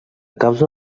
causa